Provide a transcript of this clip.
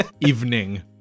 evening